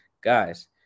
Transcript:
guys